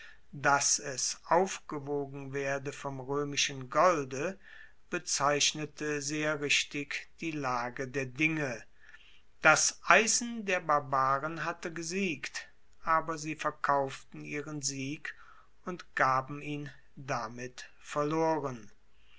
dass es aufgewogen werde vom roemischen golde bezeichnete sehr richtig die lage der dinge das eisen der barbaren hatte gesiegt aber sie verkauften ihren sieg und gaben ihn damit verloren